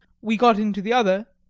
we got into the other,